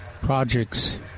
projects